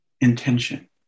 intention